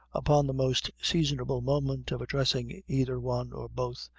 upon the most seasonable moment of addressing either one or both,